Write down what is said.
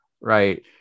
right